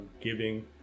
giving